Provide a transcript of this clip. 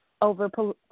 over